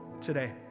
today